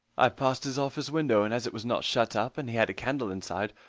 i passed his office window and as it was not shut up, and he had a candle inside,